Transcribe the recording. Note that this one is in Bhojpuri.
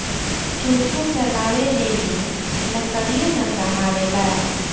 चूल्हा जलावे में भी लकड़ीये न काम आवेला